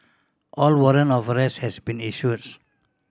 a warrant of arrest has been issues